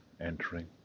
entering